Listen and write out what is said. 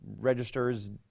registers